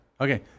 Okay